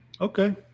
Okay